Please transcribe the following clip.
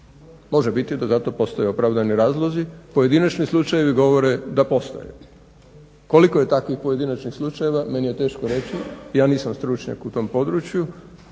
Može biti da za to postoje opravdani razlozi. Pojedinačni slučajevi govore da postoje. Koliko je takvih pojedinačnih slučajeva meni je teško reći, ja nisam stručnjak u tom području,